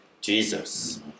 Jesus